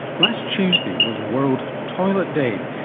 last tuesday was world toilet day,